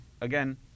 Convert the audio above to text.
again